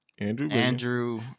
Andrew